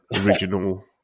original